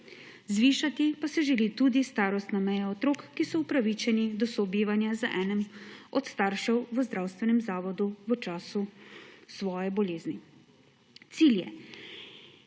zvišati pa se želi tudi starostna meja otrok, ki so upravičeni do sobivanja z enim od staršev v zdravstvenem zavodu v času svoje bolezni.